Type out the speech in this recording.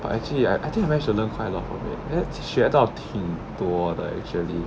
but actually I I think I managed to learn quite a lot from it then 学到挺多的 actually